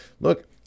look